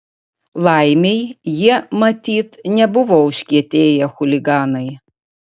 laimei jie matyt nebuvo užkietėję chuliganai